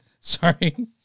Sorry